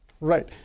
Right